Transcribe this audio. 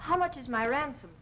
how much is my ransom